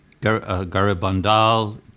Garibandal